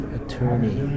attorney